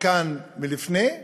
כאן לפני כן,